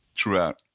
throughout